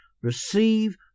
receive